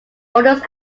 oldest